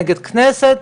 נגד הכנסת,